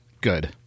good